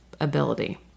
ability